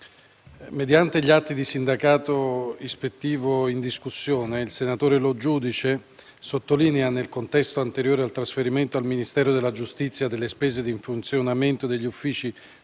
mediante gli atti di sindacato ispettivo in discussione, il senatore Lo Giudice sottolinea - nel contesto anteriore al trasferimento al Ministero della giustizia delle spese di funzionamento degli uffici